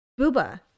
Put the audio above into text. booba